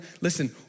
listen